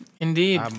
indeed